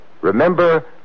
Remember